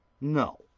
no